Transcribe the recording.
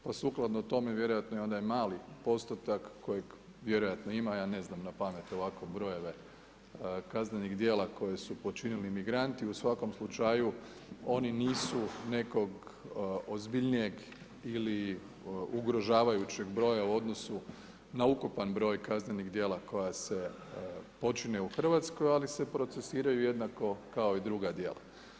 Pa sukladno tome, vjerojatno je i onda mali postotak kojeg vjerojatno ima, ja ne znam napamet ovako brojeve kaznenih dijela koje su počinili migranti, u svakom slučaju oni nisu nekog ozbiljnijeg ili ugrožavajućeg broja u odnosu na ukupan broj kaznenih dijela koja se počine u Hrvatskoj ali se procesiraju jednako kao i druga dijela.